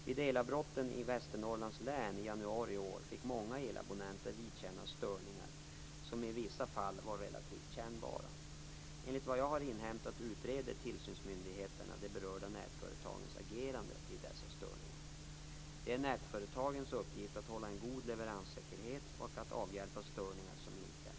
Vid elavbrotten i Västernorrlands län i januari i år fick många elabonnenter vidkännas störningar, som i vissa fall var relativt kännbara. Enligt vad jag har inhämtat utreder tillsynsmyndigheterna de berörda nätföretagens agerande vid dessa störningar. Det är nätföretagens uppgift att hålla en god leveranssäkerhet och att avhjälpa störningar som inträffar.